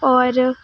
اور